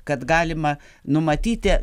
kad galima numatyti